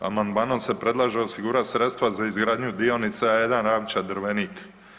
Amandmanom se predlaže osigurat sredstva za izgradnju dionica A1 Ravča-Drvenik.